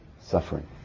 suffering